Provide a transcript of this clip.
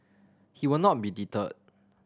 he will not be deterred